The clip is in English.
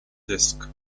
disk